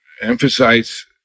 emphasize